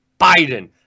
Biden